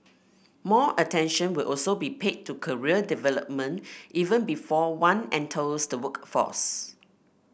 more attention will also be paid to career development even before one enters the workforce